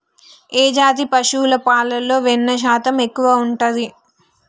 ఏ జాతి పశువుల పాలలో వెన్నె శాతం ఎక్కువ ఉంటది?